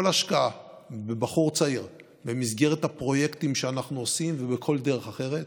כל השקעה בבחור צעיר במסגרת הפרויקטים שאנחנו עושים ובכל דרך אחרת